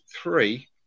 three